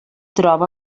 troba